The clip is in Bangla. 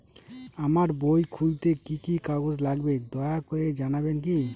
আমার বই খুলতে কি কি কাগজ লাগবে দয়া করে জানাবেন কি?